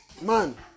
man